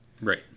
Right